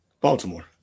Baltimore